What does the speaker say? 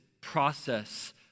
process